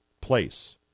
place